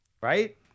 Right